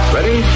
Ready